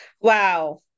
wow